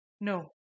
No